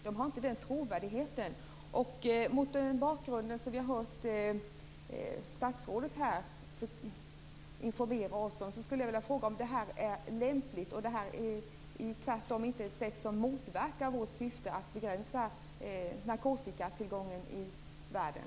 De har inte den trovärdigheten. Mot den bakgrund som vi har hört statsrådet här informera oss om skulle jag vilja fråga om det här är lämpligt eller om det tvärtom inte är något som motverkar vårt syfte att begränsa narkotikatillgången i världen.